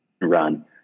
run